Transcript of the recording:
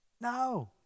No